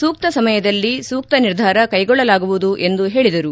ಸೂಕ್ತ ಸಮಯದಲ್ಲಿ ಸೂಕ್ತ ನಿರ್ಧಾರ ಕೈಗೊಳ್ಳಲಾಗುವುದು ಎಂದು ಹೇಳಿದರು